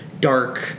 dark